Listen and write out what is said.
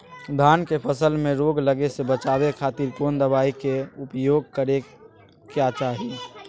धान के फसल मैं रोग लगे से बचावे खातिर कौन दवाई के उपयोग करें क्या चाहि?